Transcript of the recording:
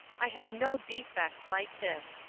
i have no defect like this.